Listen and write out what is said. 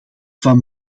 van